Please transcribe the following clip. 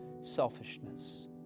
selfishness